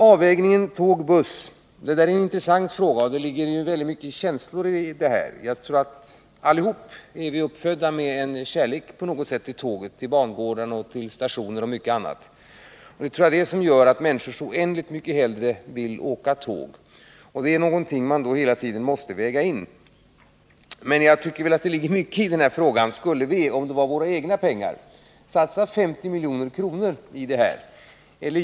Avvägningen tåg-buss är en intressant fråga, och det ligger väldigt mycket känslor i den. Vi är nog allihop på något sätt uppfödda med en kärlek till tåg, till bangårdar, stationer och mycket annat. Jag tror att det är detta som gör att människor så oändligt mycket hellre vill åka tåg, och det är någonting man hela tiden måste väga in. Skulle vi, om det vore våra egna pengar, satsa 50 milj.kr. på den upprustning som det här är fråga om? Jag tycker att det ligger mycket i den frågan.